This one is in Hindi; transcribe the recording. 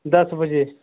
दस बजे